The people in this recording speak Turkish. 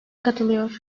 katılıyor